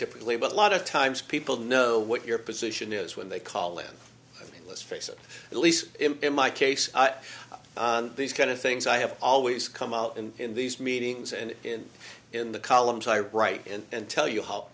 typically but a lot of times people know what your position is when they call in i mean let's face it at least impinge my case on these kind of things i have always come out in in these meetings and in in the columns i write and tell you how